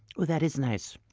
that is nice.